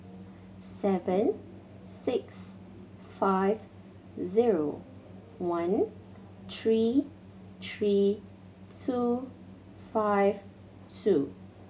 seven six five zero one three three two five two